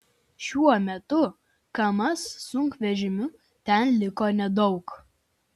šiuo metu kamaz sunkvežimių ten liko nedaug